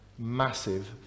massive